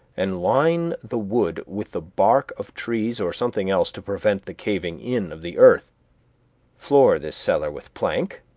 and line the wood with the bark of trees or something else to prevent the caving in of the earth floor this cellar with plank,